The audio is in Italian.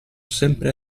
sempre